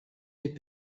des